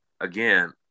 again